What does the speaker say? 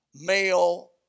male